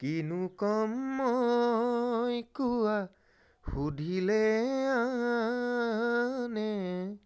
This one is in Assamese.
কিনো ক'ম মই কোৱা সুধিলে আনে